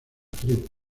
tribu